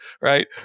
Right